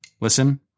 Listen